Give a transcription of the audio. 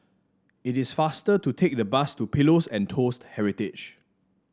it is faster to take the bus to Pillows and Toast Heritage